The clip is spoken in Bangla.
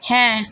হ্যাঁ